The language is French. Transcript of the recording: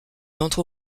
entre